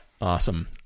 Awesome